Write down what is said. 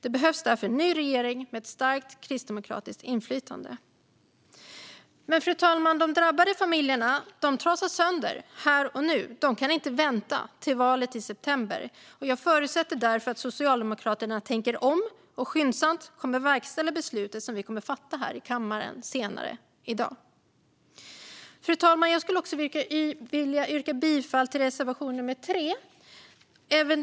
Det behövs därför en ny regering med ett starkt kristdemokratiskt inflytande. Fru talman! De drabbade familjerna trasas sönder här och nu. De kan inte vänta till valet i september. Jag förutsätter därför att Socialdemokraterna tänker om och skyndsamt verkställer det beslut som vi kommer att fatta här i kammaren senare i dag. Fru talman! Jag skulle också vilja yrka bifall till reservation nummer 3.